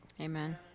Amen